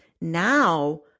now